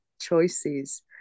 choices